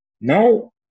Now